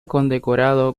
condecorado